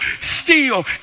steal